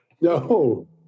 no